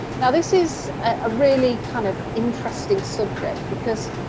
now this is a really kind of interesting subject because